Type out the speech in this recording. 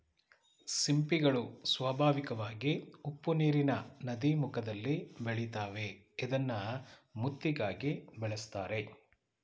ಸಿಂಪಿಗಳು ಸ್ವಾಭಾವಿಕವಾಗಿ ಉಪ್ಪುನೀರಿನ ನದೀಮುಖದಲ್ಲಿ ಬೆಳಿತಾವೆ ಇದ್ನ ಮುತ್ತಿಗಾಗಿ ಬೆಳೆಸ್ತರೆ